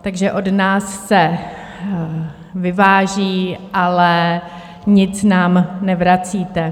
Takže od nás se vyváží, ale nic nám nevracíte.